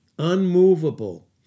unmovable